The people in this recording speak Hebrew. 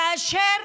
כאשר